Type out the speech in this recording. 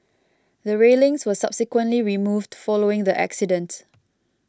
the railings were subsequently removed following the accident